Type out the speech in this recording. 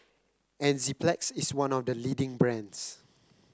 Enzyplex is one of the leading brands